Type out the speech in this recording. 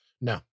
No